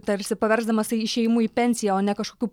tarsi paversdamas tai išėjimu į pensiją o ne kažkokiu